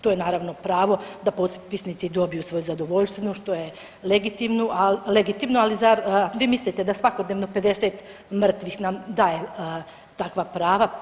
To je naravno pravo da potpisnici dobiju svoje zadovoljstvo što je legitimno, ali zar vi mislite da svakodnevno 50 mrtvih nam daje takva prava?